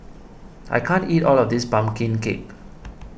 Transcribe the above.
I can't eat all of this Pumpkin Cake